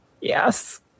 Yes